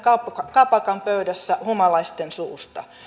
kapakan pöydässä humalaisten suusta